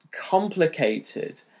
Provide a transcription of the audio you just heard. complicated